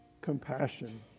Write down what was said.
compassion